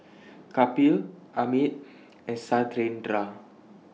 Kapil Amit and Satyendra